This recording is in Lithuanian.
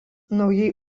naujai